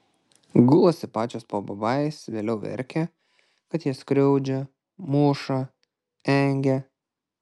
gulasi pačios po babajais vėliau verkia kad jas skriaudžia muša engia